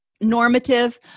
normative